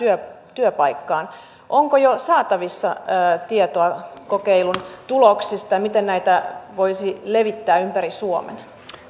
työpaikkaan onko jo saatavissa tietoa kokeilun tuloksista ja siitä miten näitä voisi levittää ympäri suomen